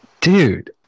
Dude